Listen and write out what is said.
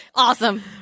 Awesome